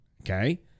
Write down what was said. okay